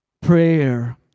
Prayer